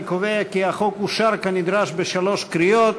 אני קובע כי החוק אושר, כנדרש, בשלוש קריאות.